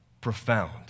Profound